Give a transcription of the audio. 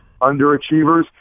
underachievers